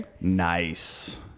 Nice